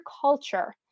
culture